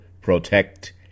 protect